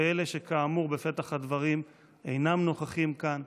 ואלה שכאמור בפתח הדברים אינם נוכחים כאן,